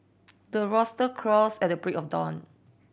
the rooster crows at break of dawn